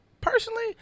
personally